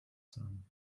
some